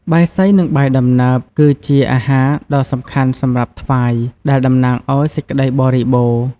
បាយសី និងបាយដំណើប គឺជាអាហារដ៏សំខាន់សម្រាប់ថ្វាយ ដែលតំណាងឲ្យសេចក្តីបរិបូរណ៍។